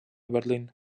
berlín